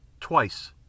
Twice